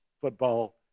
football